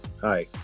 hi